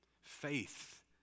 Faith